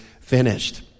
finished